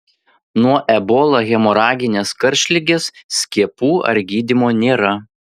nuo ebola hemoraginės karštligės skiepų ar gydymo nėra